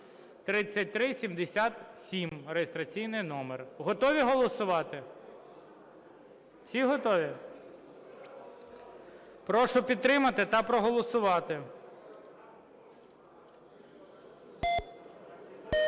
(3377 – реєстраційний номер). Готові голосувати? Всі готові? Прошу підтримати та проголосувати.